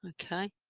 ok,